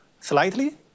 slightly